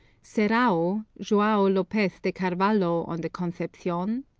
serrao, joao lopez de carvalho on the concepcion,